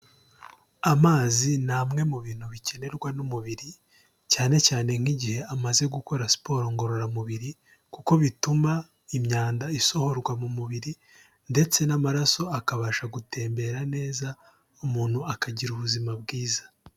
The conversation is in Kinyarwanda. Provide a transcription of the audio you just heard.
Amazi n'amwe mu bintu bikenerwa n'umubiri cyane cyane nk'igihe amaze gukora siporo ngororamubiri, kuko bituma imyanda isohorwa mu mubiri ndetse n'amaraso akabasha gutembera neza, umuntu akagira ubuzima bwiza.